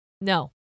No